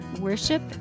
worship